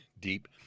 deep